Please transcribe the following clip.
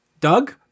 Doug